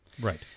Right